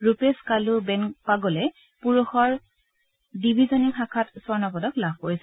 ৰূপেশ কাল্লু বেনপাগলে পুৰুষৰ ডিবিজনিং শাখাত স্বৰ্ণ পদক লাভ কৰিছে